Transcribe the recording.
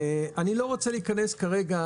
ואני לא רוצה להיכנס כרגע,